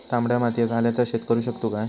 तामड्या मातयेत आल्याचा शेत करु शकतू काय?